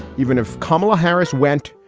even if kamala harris went,